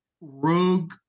Rogue